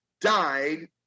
died